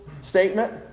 statement